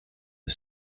the